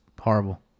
horrible